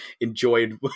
enjoyed